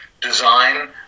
design